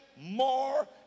more